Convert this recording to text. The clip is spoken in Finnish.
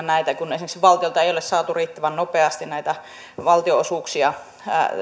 näitä kun esimerkiksi valtiolta ei ole saatu riittävän nopeasti jälkikäteen takaisin näitä valtionosuuksia